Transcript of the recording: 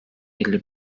elli